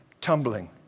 tumbling